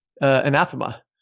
anathema